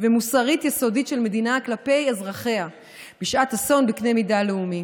ומוסרית יסודית של מדינה כלפי אזרחיה בשעת אסון בקנה מידה לאומי.